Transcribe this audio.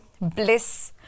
bliss